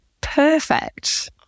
Perfect